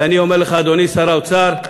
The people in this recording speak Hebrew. ואני אומר לך, אדוני שר האוצר,